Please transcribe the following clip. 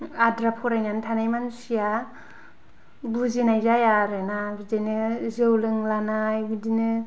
आद्रा फरायनै थानाय मानसिआ बुजिनाय जाया आरो ना बिदिनो जौ लोंलानाय बिदिनो